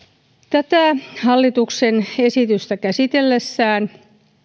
tätä hallituksen esitystä käsitellessään